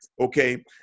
Okay